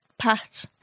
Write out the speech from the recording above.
Pat